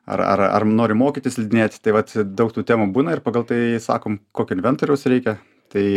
ar ar ar nori mokytis slidinėti tai vat daug tų temų būna ir pagal tai sakom kokio inventoriaus reikia tai